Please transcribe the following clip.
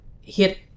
hit